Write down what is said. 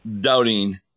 Doubting